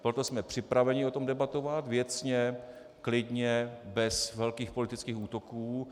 Proto jsme připraveni o tom debatovat věcně, klidně, bez velkých politických útoků.